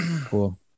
cool